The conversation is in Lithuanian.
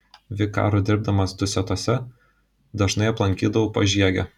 vikaru dirbdamas dusetose dažnai aplankydavau pažiegę